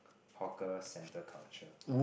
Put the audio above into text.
hawker centre culture